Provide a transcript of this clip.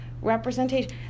representation